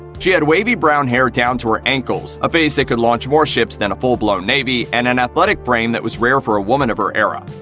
she had wavy brown hair down to her ankles, a face that could launch more ships than a full-blown navy, and an athletic frame that was rare for a woman of her era.